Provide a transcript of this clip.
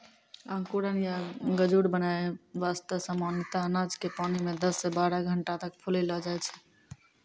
अंकुरण या गजूर बनाय वास्तॅ सामान्यतया अनाज क पानी मॅ दस सॅ बारह घंटा तक फुलैलो जाय छै